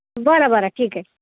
बरं बरं ठीक आहे